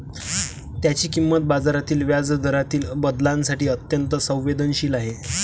त्याची किंमत बाजारातील व्याजदरातील बदलांसाठी अत्यंत संवेदनशील आहे